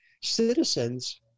citizens